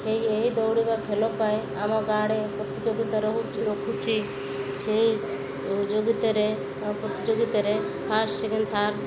ସେ ଏହି ଦୌଡ଼ିବା ଖେଳ ପାଇଁ ଆମ ଗାଁଆଡ଼େ ପ୍ରତିଯୋଗିତା ରହୁଛି ରଖୁଛିି ସେହି ପ୍ରତିଯୋଗିତାରେ ଫାଷ୍ଟ୍ ସେକେଣ୍ଡ୍ ଥାର୍ଡ଼୍